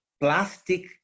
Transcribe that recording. plastic